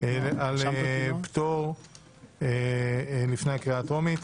לפטור לפני הקריאה הטרומית.